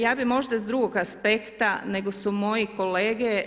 Ja bi možda s drugog aspekta, nego su moje kolege.